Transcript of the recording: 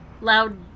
loud